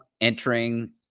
entering